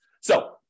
So-